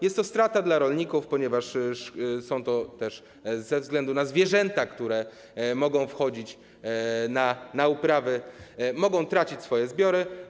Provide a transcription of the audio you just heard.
Jest to strata dla rolników, ponieważ oni ze względu na zwierzęta, które mogą wchodzić na uprawy, mogą tracić swoje zbiory.